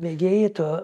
mėgėjai to